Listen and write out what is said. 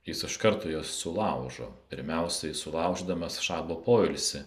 jis iš karto juos sulaužo pirmiausiai sulaužydamas šabo poilsį